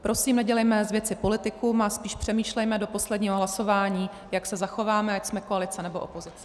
Prosím, nedělejme z věci politikum a spíše přemýšlejme do posledního hlasování, jak se zachováme, ať jsme koalice, nebo opozice.